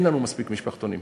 אין לנו מספיק משפחתונים.